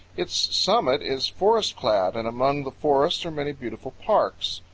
its summit is forest-clad and among the forests are many beautiful parks.